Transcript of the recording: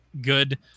good